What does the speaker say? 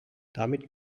damit